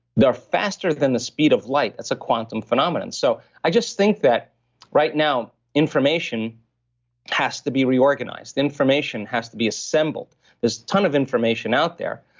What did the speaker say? they're faster than the speed of light. that's a quantum phenomenon so i just think that right now information has to be reorganized. information has to be assembled there's a ton of information out there,